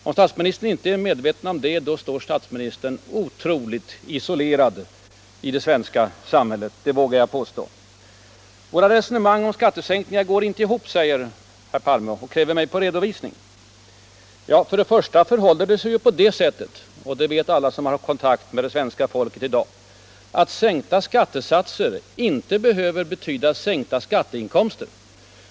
Om statsministern inte är medveten om detta då står statsministern otroligt isolerad i det svenska samhället, det vågar jag påstå. Våra resonemang om skattesänkningar går inte ihop, säger herr Palme, och kräver mig på redovisning. Det förhåller sig ju på det sättet, och det vet alla som haft kontakt med det svenska folket i dag, att sänkta skattesatser inte behöver betyda sänkta skatteinkomster.